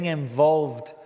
involved